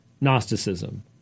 Gnosticism